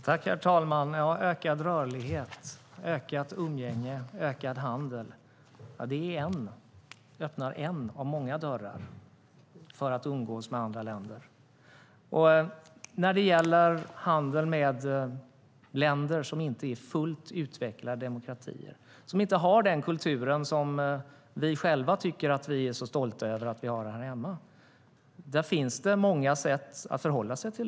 Herr talman! Ökad rörlighet, ökat umgänge och ökad handel öppnar en av många dörrar för att umgås med andra länder. När det gäller handel med länder som inte är fullt utvecklade demokratier och som inte har den kultur som vi själva här hemma är så stolta över att vi har finns det många sätt att förhålla sig.